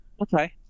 okay